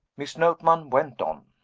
miss notman went on.